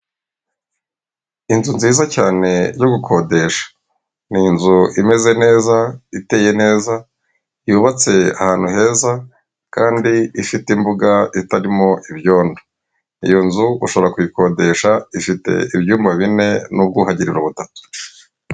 Inzu nziza cyane yo gukodesha ni inzu imeze neza iteye neza yubatse ahantu heza kandi ifite imbuga itarimo ibyondo, iyo nzu ushobora kuyikodesha ifite ibyumba bine n'ubwuhagiriro batatu.